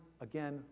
again